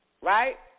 Right